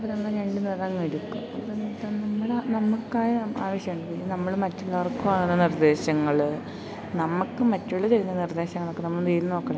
ഇതു തന്നാ രണ്ട് നിറം എടുക്കും ഇത് മൊത്തം നമ്മളാ നമുക്കായ ആവശ്യം ഉണ്ടിനി നമ്മൾ മറ്റുള്ളവർക്കുമാണ് നിർദ്ദേശങ്ങൾ നമുക്ക് മറ്റുള്ളവർ തരുന്ന നിർദ്ദേശങ്ങളൊക്കെ നമ്മളതിൽ നോക്കണം